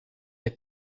est